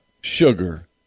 sugar